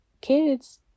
kids